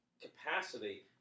capacity